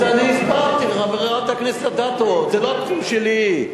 אז אני הסברתי, חברת הכנסת אדטו, זה לא התחום שלי.